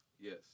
Yes